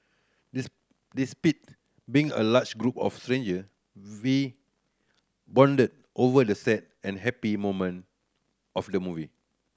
despite being a large group of stranger we bonded over the sad and happy moment of the movie